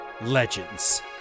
Legends